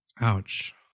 Ouch